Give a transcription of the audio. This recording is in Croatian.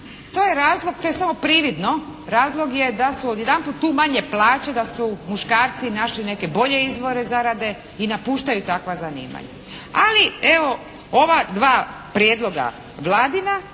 to je razlog, to je samo prividno. Razlog je da su odjedanput tu manje plaće, da su muškarci našli neke bolje izvore zarade i napuštaju takva zanimanja. Ali evo ova dva prijedloga Vladina